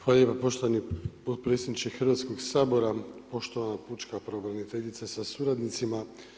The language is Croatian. Hvala lijepa poštovani potpredsjedniče Hrvatskog sabora, poštovana pučka pravobraniteljice sa suradnicima.